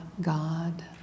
God